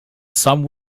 some